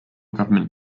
government